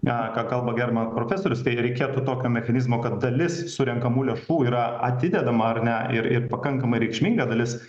ką kalba gerbaimas profesorius tai reikėtų tokio mechanizmo kad dalis surenkamų lėšų yra atidedama ar ne ir ir pakankamai reikšminga dalis